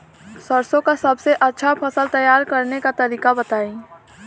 सरसों का सबसे अच्छा फसल तैयार करने का तरीका बताई